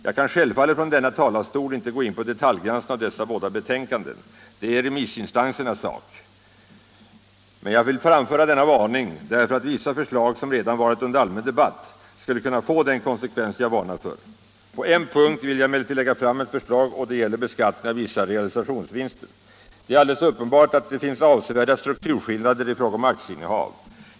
Jag kan självfallet från denna talarstol icke gå in på detaljgranskning av dessa båda betänkanden — detta är remissinstansernas sak — men jag vill framföra denna varning därför att vissa förslag som redan varit under allmän debatt skulle kunna få den konsekvens jag varnar för. På en punkt vill jag emellertid lägga fram ett förslag och det gäller beskattningen av vissa realisationsvinster. Det är alldeles uppenbart att det finns avsevärda strukturskillnader i fråga om aktieinnehav.